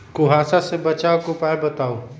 कुहासा से बचाव के उपाय बताऊ?